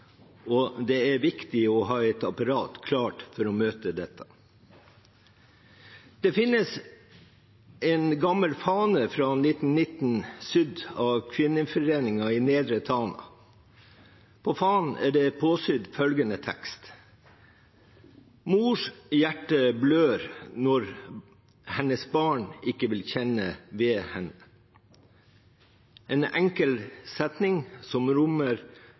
og det er viktig å ha et apparat klart for å møte dette. Det finnes en gammel fane fra 1919 sydd av kvinneforeningen i nedre Tana. På fanen er det påsydd følgende tekst: «Mors hjerte blør når hennes barn ikke vil kjennes ved henne» – en enkel setning som rommer